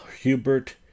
Hubert